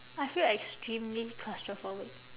I feel extremely claustrophobic